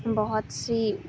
بہت سی